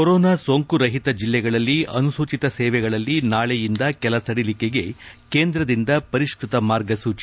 corona ಸೋಂಕು ರಹಿತ ಜಿಲ್ಲೆಗಳಲ್ಲಿ ಅನುಸೂಚಿತ ಸೇವೆಗಳಲ್ಲಿ ನಾಳೆಯಿಂದ ಕೆಲ ಸಡಿಲಿಕೆಗೆ ಕೇಂದ್ರದಿಂದ ಪರಿಷ್ಕತ ಮಾರ್ಗಸೂಚಿ